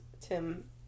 Tim